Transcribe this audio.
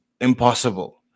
impossible